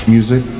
Music